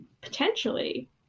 potentially